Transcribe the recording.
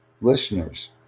listeners